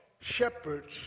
Shepherds